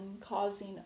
causing